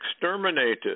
exterminated